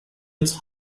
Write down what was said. ins